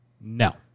no